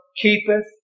keepeth